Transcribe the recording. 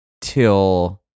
till